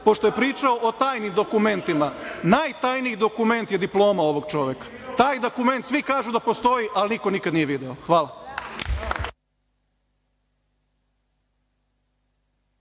pošto je pričao o tajnim dokumentima, najtajniji dokument je diploma ovog čoveka. Taj dokument svi kažu da postoji, ali niko nikad nije video. Hvala.